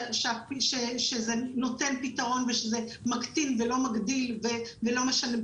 שזה נותן פתרון ושזה מקטין ולא מגדיל את הפגיעה,